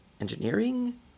Engineering